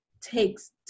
takes